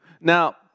Now